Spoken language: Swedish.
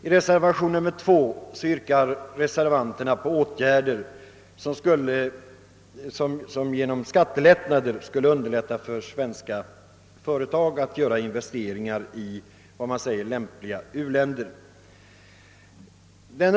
I reservationen 2 yrkas på åtgärder i syfte att genom skattelättnader underlätta för svenska företag att göra investeringar i — som det heter — lämpliga utvecklingsländer.